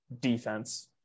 defense